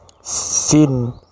sin